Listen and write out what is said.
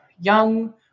young